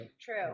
True